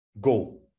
go